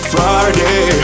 Friday